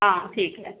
हाँ ठीक है